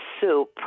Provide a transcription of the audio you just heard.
soup